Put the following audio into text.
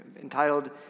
entitled